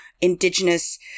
indigenous